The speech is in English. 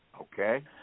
Okay